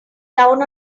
down